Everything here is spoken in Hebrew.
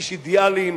איש אידיאלים,